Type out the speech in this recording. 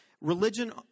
Religion